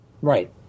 Right